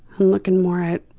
looking more at